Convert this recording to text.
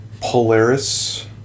Polaris